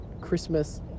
Christmas